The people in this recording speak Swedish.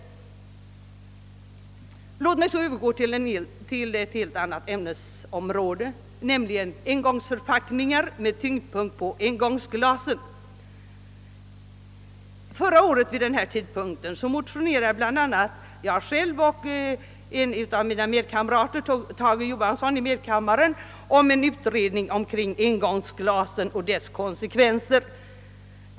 Låt mig sedan övergå till ett helt annat ämnesområde, nämligen engångsförpackningar, med tyngdpunkt på engångsglasen. Förra året vid den här tiden motionerade bl.a. jag själv och en kamrat i medkammaren, Tage Johansson, om en utredning beträffande engångsglasen och konsekvenserna av deras användning.